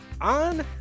On